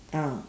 ah